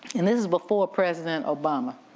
and this is before president obama,